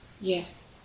Yes